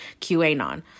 QAnon